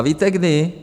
Víte kdy?